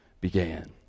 began